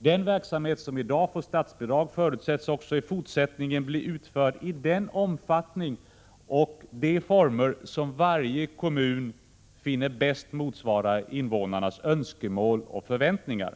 Den verksamhet som i dag får statsbidrag förutsätts också i fortsättningen bli utförd i den omfattning och de former som varje kommun finner bäst motsvara invånarnas önskemål och förväntningar.